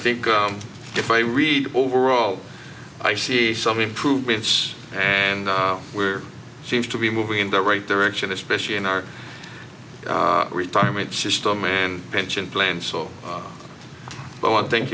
think if i read overall i see some improvements and we are seems to be moving in the right direction especially in our retirement system and pension plans so well thank